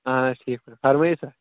اَہن حظ ٹھیٖک پٲٹھۍ فرمٲیِو سا